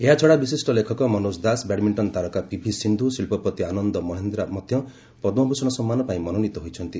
ଏହାଛଡା ବିଶିଷ୍ଟ ଲେଖକ ମନୋଜ ଦାସ ବ୍ୟାଡମିଣ୍ଟନ ତାରକା ପିଭି ସିନ୍ଧୁ ଶିଳ୍ପପତି ଆନନ୍ଦ ମହେନ୍ଦ୍ରା ମଧ୍ୟ ପଦ୍କଭ୍ଷଣ ସମ୍ମାନ ପାଇଁ ମନୋନୀତ ହୋଇଛନ୍ତି